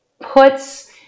puts